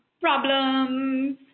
problems